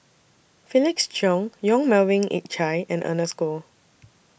Felix Cheong Yong Melvin Yik Chye and Ernest Goh